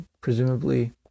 Presumably